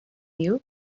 you